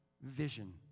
vision